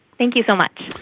thank you so much.